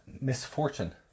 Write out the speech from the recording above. misfortune